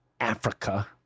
Africa